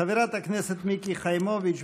חברת הכנסת מיקי חיימוביץ',